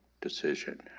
decision